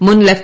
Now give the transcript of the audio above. മുൻ ലഫ്